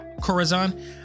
Corazon